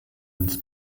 ins